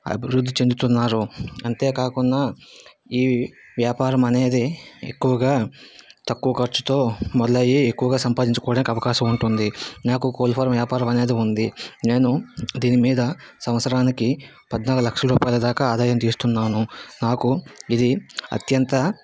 అభివృద్ధి చెందుతున్నారు అంతే కాకుండా ఈ వ్యాపారము అనేది ఎక్కువగా తక్కువ ఖర్చుతో మొదలయ్యి ఎక్కువగా సంపాదించుకోవడానికి అవకాశం ఉంటుంది నాకు కోళ్ళ ఫారం వ్యాపారం అనేది ఉంది నేను దీని మీద సంవత్సరానికి పద్నాలుగు లక్షల రూపాయల దాకా ఆదాయం తీస్తున్నాను నాకు ఇది అత్యంత